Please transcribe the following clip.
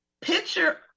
picture